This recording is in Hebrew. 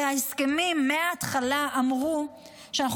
הרי ההסכמים מההתחלה אמרו שאנחנו